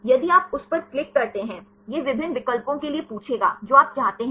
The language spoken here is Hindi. यदि आप उस पर क्लिक करते हैं यह विभिन्न विकल्पों के लिए पूछेगा जो आप चाहते हैं